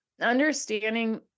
understanding